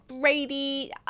Brady